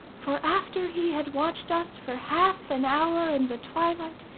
for after he had watched us for half an hour in the twilight,